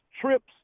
trips